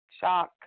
shock